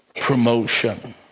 promotion